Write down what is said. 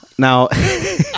Now